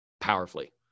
powerfully